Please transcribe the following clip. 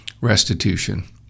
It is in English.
restitution